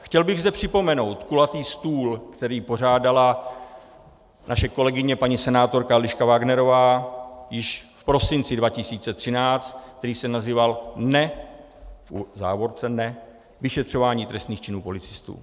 Chtěl bych zde připomenout kulatý stůl, který pořádala naše kolegyně paní senátorka Eliška Wagnerová již v prosinci 2013, který se nazýval vyšetřování trestných činů policistů.